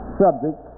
subject